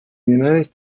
united